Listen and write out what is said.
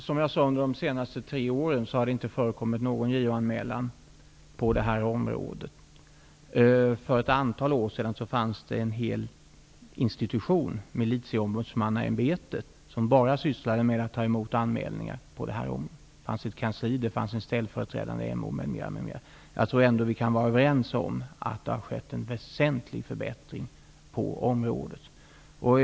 Herr talman! Under de senaste tre åren har det inte förekommit någon JO-anmälan på det här området, som jag sade. För ett antal år sedan fanns det en hel institution, militieombudsmannaämbetet, som bara sysslade med att ta emot anmälningar på det här området. Jag tror ändå att vi kan vara överens om att det har skett en väsentlig förbättring på området.